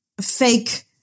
fake